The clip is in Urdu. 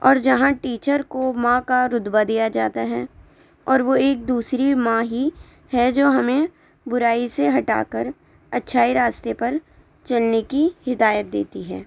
اور جہاں ٹیچر کو ماں کا رتبہ دیا جاتا ہے اور وہ ایک دوسری ماں ہی ہے جو ہمیں برائی سے ہٹا کر اچھائی راستے پر چلنے کی ہدایت دیتی ہے